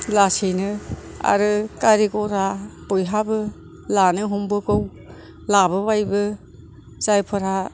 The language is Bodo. लासैनो आरो गारि गह्रा बयहाबो लानो हमबोगौ लाबोबायबो जायफोर हा